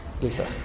Lisa